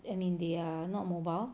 I mean they are not mobile